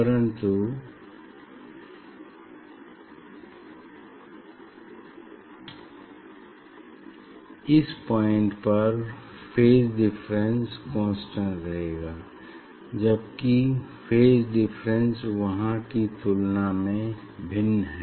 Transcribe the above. परन्तु इस पॉइंट पर फेज डिफरेंस कांस्टेंट रहेगा जबकि फेज डिफरेंस वहाँ की तुलना में भिन्न है